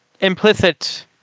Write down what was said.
implicit